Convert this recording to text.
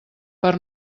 per